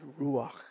ruach